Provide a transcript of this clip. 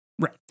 Right